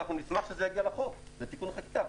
נשמח שזה יגיע לתיקון חקיקה.